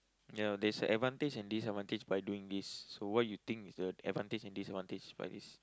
ya there is a advantage and disadvantage by doing this so what you think is the advantage and disadvantage by this